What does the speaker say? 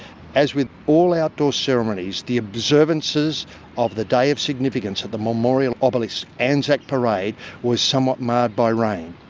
as with all outdoor ceremonies, the observances of the day of significance at the memorial obelisk anzac parade was somewhat marred by rain.